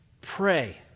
pray